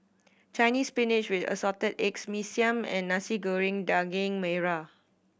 Chinese Spinach with Assorted Eggs Mee Siam and Nasi Goreng Daging Merah